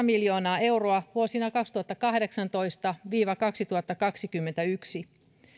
miljoonaa euroa vuosina kaksituhattakahdeksantoista viiva kaksituhattakaksikymmentäyksi